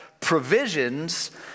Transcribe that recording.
provisions